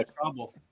trouble